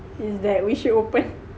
is that we should open